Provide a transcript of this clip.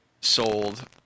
sold